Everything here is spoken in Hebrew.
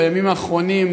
בימים האחרונים,